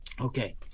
Okay